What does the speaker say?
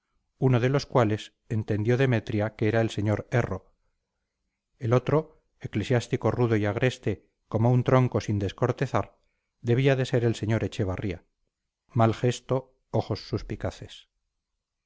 uno de los cuales entendió demetria que era el señor erro el otro eclesiástico rudo y agreste como un tronco sin descortezar debía de ser el sr echevarría mal gesto ojos suspicaces